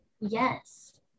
Yes